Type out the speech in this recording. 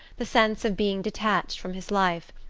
the sense of being detached from his life,